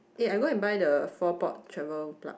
eh I go and buy the four port travel plug